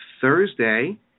Thursday